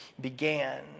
began